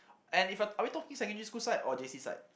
and if uh are we talking secondary school side or J_C side